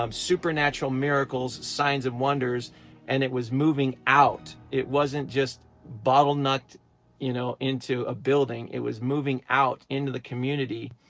um supernatural miracles, signs and wonders and it was moving out, it wasn't just bottlenecked you know into a building. it was moving out into the community.